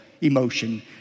emotion